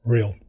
Real